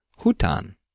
hutan